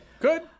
good